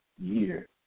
Year